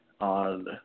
on